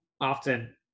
often